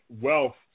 wealth